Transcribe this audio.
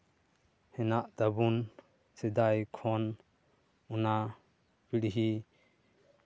ᱦᱮᱱᱟᱜ ᱛᱟᱵᱚᱱ ᱥᱮᱫᱟᱭ ᱠᱷᱚᱱ ᱚᱱᱟ ᱯᱤᱲᱦᱤ